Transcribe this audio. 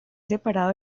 separado